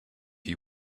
you